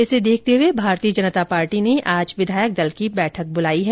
इसे देखते हुए भारतीय जनता पार्टी ने आज विधायक दल की बैठक बुलाई है